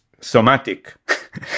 somatic